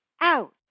out